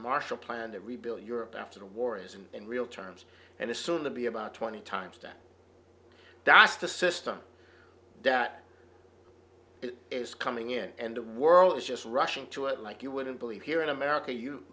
marshall plan to rebuild europe after the war is in real terms and assumed to be about twenty times that that's the system that is coming in and the world is just rushing to it like you wouldn't believe here in america you